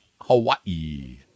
Hawaii